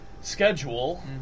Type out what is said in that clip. schedule